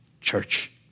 Church